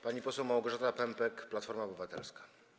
Pani poseł Małgorzata Pępek, Platforma Obywatelska.